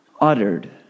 uttered